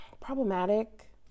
problematic